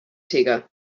cega